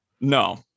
No